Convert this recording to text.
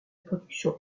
production